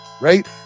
right